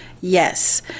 Yes